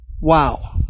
Wow